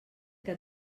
que